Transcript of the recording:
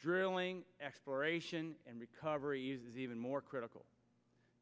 drilling exploration and recovery is even more critical